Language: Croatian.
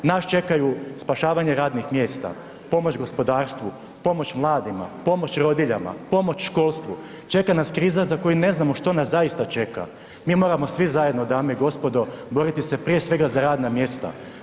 Nas čekaju spašavanje radnih mjesta, pomoć gospodarstvu, pomoć mladima, pomoć rodiljama, pomoć školstvu, čeka nas kriza za koju ne znamo što nas zaista čeka, mi moramo svi zajedno, dame i gospodo, boriti se prije svega za radna mjesta.